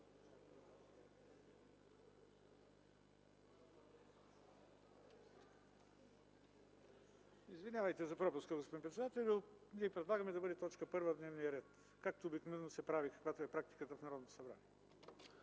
Извинявайте за пропуска, господин председателю. Ние предлагаме да бъде точка 1 в дневния ред, както обикновено се прави, каквато е практиката в Народното събрание.